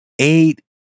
Eight